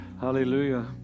Hallelujah